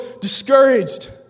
discouraged